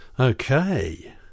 Okay